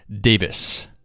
Davis